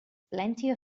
plenty